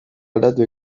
aldatu